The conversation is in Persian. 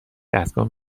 دستگاه